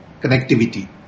connectivity